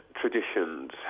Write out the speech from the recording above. traditions